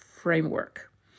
framework